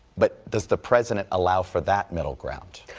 but does the president allow for that middle ground?